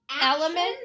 element